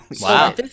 Wow